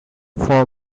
for